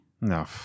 No